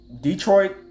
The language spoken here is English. Detroit